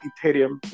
Ethereum